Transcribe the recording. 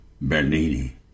Bernini